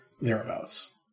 thereabouts